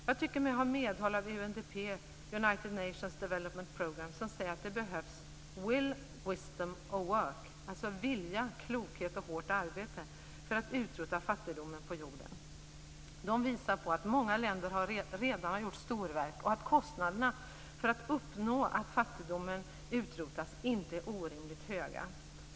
Jag tycker mig ha medhåll av UNDP, dvs. United Nation's Development Program, som säger att det behövs will, wisdom and work - vilja, klokhet och hårt arbete - för att utrota fattigdomen på jorden. De visar på att många länder redan har gjort storverk och att kostnaderna för att utrota fattigdomen inte är orimligt höga.